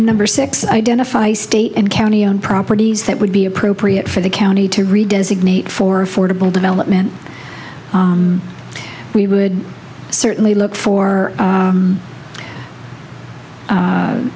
number six identify state and county and properties that would be appropriate for the county to read designate for affordable development we would certainly look for